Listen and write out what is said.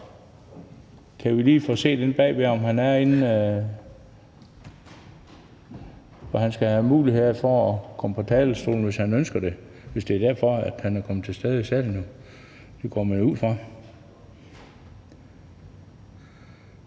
Kan vi lige få kigget inde bagved, om han er derinde? Han skal have mulighed for at komme på talerstolen, hvis han ønsker det, og hvis det var derfor, han var til stede i salen. Det går man jo ud fra.